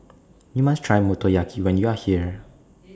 YOU must Try Motoyaki when YOU Are here